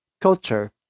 culture